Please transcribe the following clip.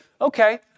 okay